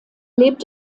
lebt